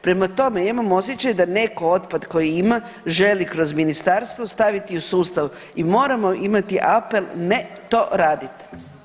Prema tome, ja imam osjećaj da neko otpad koji ima želi kroz ministarstvo staviti u sustav i moramo imati apel ne to radit.